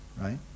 right